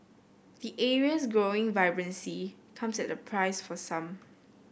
the area's growing vibrancy comes at a price for some